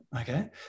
okay